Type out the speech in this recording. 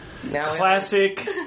classic